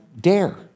dare